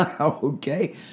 okay